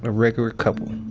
ah regular couple.